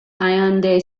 hyundai